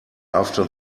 after